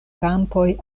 kampoj